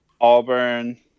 Auburn